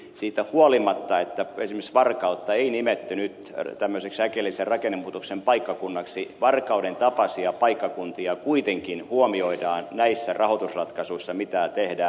siitä huolimatta että esimerkiksi varkautta ei nimetty nyt tämmöiseksi äkillisen rakennemuutoksen paikkakunnaksi varkauden tapaisia paikkakuntia kuitenkin huomioidaan näissä rahoitusratkaisuissa joita tehdään